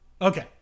Okay